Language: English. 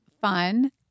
fun